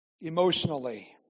emotionally